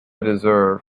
deserve